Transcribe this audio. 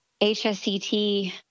HSCT